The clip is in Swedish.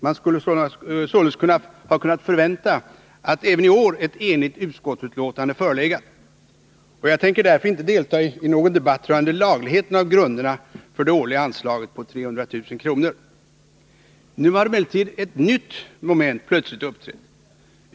Man skulle sålunda ha kunnat förvänta att även i år ett enigt utskottsbetänkande förelegat. Och jag tänker därför inte delta i någon debatt rörande lagligheten av grunderna för det årliga anslaget på 300 000 kr. Nu har emellertid ett nytt moment plötsligt uppträtt.